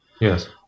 yes